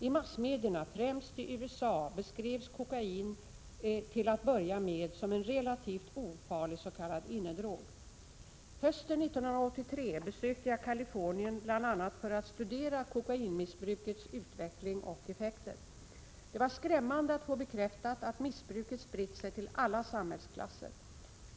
I massmedierna, främst i USA, beskrevs kokain till att börja med som en relativt ofarlig s.k. innedrog. Hösten 1983 besökte jag Kalifornien bl.a. för att studera kokainmissbrukets utveckling och effekter. Det var skrämmande att få bekräftat att missbruket spritt sig till alla samhällsklasser.